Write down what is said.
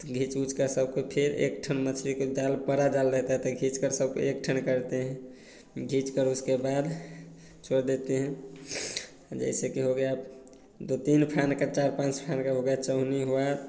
घीच उचकर सब कोई फेर एक ठन मछली के जाल पड़ा जाल रहता था घीचकर सबको एक ठन करते हैं घीचकर उसके बाद छोड़ देते हैं जैसे कि हो गया दो तीन फेन का चार पांच फेन का हो गया चौनी हुआ